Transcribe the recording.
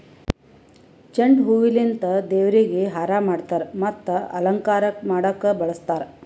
ಚೆಂಡು ಹೂವಿಲಿಂತ್ ದೇವ್ರಿಗ್ ಹಾರಾ ಮಾಡ್ತರ್ ಮತ್ತ್ ಅಲಂಕಾರಕ್ಕ್ ಮಾಡಕ್ಕ್ ಬಳಸ್ತಾರ್